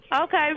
Okay